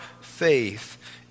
faith